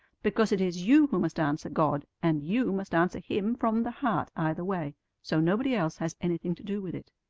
because it is you who must answer god, and you must answer him from the heart either way so nobody else has anything to do with it.